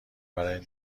برای